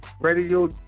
radio